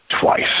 twice